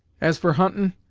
as for huntin',